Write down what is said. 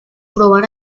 probar